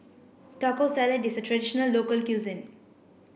Taco Salad is a traditional local cuisine